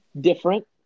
different